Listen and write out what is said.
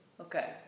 Okay